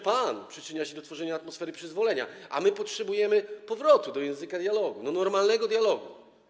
Pan przyczynia się do tworzenia atmosfery przyzwolenia, a my potrzebujemy powrotu do języka dialogu, do normalnego dialogu.